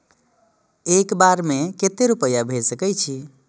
एक बार में केते रूपया भेज सके छी?